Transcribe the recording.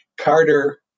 Carter